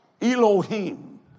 Elohim